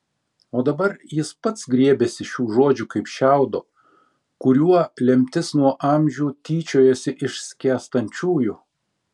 o dabar jis pats griebėsi šių žodžių kaip šiaudo kuriuo lemtis nuo amžių tyčiojasi iš skęstančiųjų